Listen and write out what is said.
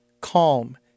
calm